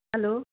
hello